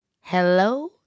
Hello